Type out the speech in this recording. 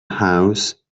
house